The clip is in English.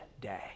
day